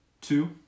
Two